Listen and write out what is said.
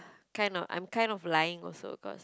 kind of I'm kind of lying also cause